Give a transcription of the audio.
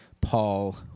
Paul